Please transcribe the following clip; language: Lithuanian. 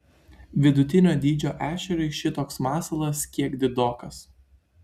vidutinio dydžio ešeriui šitoks masalas kiek didokas